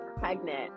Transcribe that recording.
pregnant